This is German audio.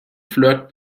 flirt